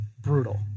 brutal